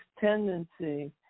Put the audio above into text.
tendency